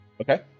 Okay